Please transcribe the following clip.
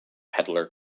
peddler